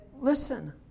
Listen